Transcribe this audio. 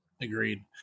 Agreed